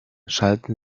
schalten